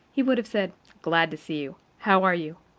he would have said glad to see you. how are you?